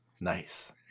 Nice